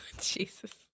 Jesus